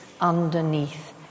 underneath